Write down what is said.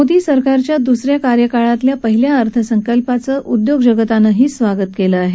मोदी सरकारच्या दुस या कार्यकाळातल्या पहिल्या अर्थसंकल्पाचं उद्योगजगतानंही स्वागत केलं आहे